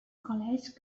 college